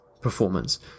performance